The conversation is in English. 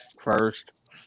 first